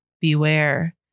Beware